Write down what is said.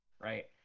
right